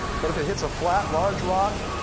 but if it hits a flat, large rock,